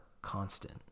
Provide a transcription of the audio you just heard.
Constant